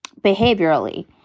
behaviorally